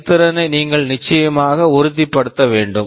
செயல்திறனை நீங்கள் நிச்சயமாக உறுதிப்படுத்த வேண்டும்